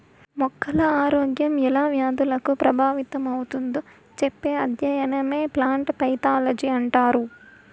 మొక్కల ఆరోగ్యం ఎలా వ్యాధులకు ప్రభావితమవుతుందో చెప్పే అధ్యయనమే ప్లాంట్ పైతాలజీ అంటారు